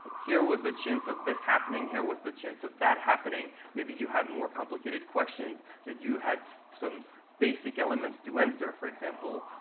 here was the chance of this happening, here was the chance of that happening. maybe you had more complicated questions that you had some basic elements to answer. for example,